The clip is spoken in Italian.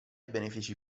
benefici